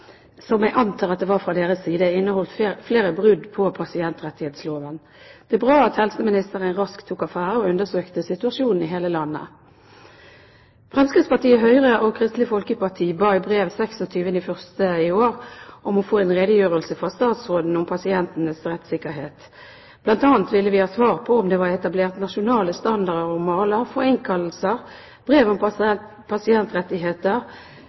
som jeg antar det var fra deres side, inneholdt flere brudd på pasientrettighetsloven. Det er bra at helseministeren raskt tok affære og undersøkte situasjonen i hele landet. Fremskrittspartiet, Høyre og Kristelig Folkeparti ba i brev 26. januar i år om å få en redegjørelse fra statsråden om pasientenes rettssikkerhet. Blant annet ville vi ha svar på om det var etablert nasjonale standarder og maler for innkallelser, brev om pasientrettigheter